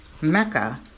Mecca